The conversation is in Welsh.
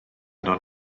yno